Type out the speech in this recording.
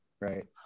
right